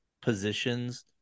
positions